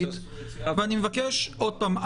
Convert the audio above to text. עוד פעם,